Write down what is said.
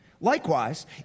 Likewise